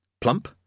plump